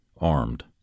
armed